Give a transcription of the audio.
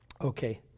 Okay